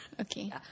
Okay